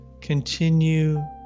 continue